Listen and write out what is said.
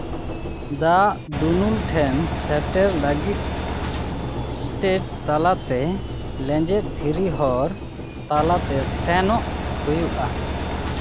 ᱫᱟᱜ ᱫᱩᱱᱩᱞ ᱴᱷᱮᱱ ᱥᱮᱴᱮᱨ ᱞᱟᱹᱜᱤᱫ ᱥᱴᱮᱴ ᱛᱟᱞᱟᱛᱮ ᱞᱮᱸᱧᱡᱮᱛ ᱫᱷᱤᱨᱤ ᱦᱚᱨ ᱛᱟᱞᱟᱛᱮ ᱥᱮᱱᱚᱜ ᱦᱩᱭᱩᱜᱼᱟ